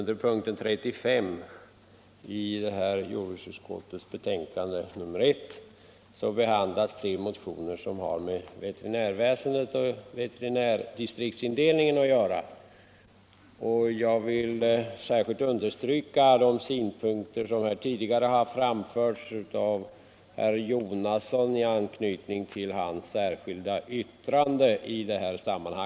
distriktsindelningen. Jag vill i det sammanhanget särskilt understryka de synpunkter som tidigare har framförts av herr Jonasson i anknytning till hans särskilda yttrande vid denna punkt.